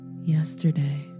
yesterday